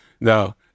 No